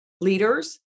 leaders